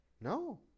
No